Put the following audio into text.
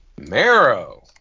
Marrow